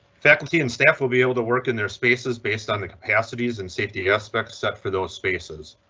faculty and staff will be able to work in their spaces based on the capacities and safety aspects set for those spaces.